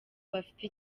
bafite